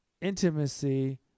intimacy